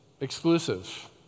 exclusive